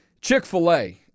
Chick-fil-A